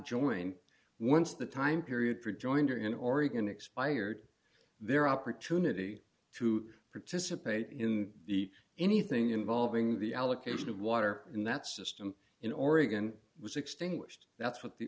join once the time period for joined or in oregon expired their opportunity to participate in the anything involving the allocation of water in that system in oregon was extinguished that's what the